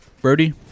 Brody